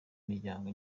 miryango